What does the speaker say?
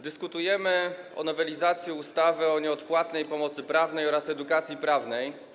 Dyskutujemy o nowelizacji ustawy o nieodpłatnej pomocy prawnej oraz edukacji prawnej.